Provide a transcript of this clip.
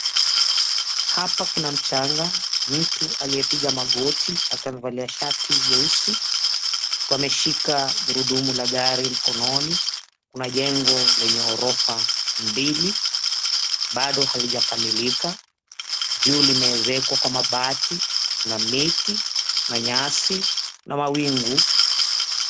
Hapa kuna mchanga. Mtu aliyepiga magoti akamvalia shati nyeusi wameshika gurudumu la gari mkononi. Kuna jengo lenye ghorofa mbili bado halijakamilika. Juu limmezekwa kwa mabati na miti na nyasi na mawingu.